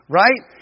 right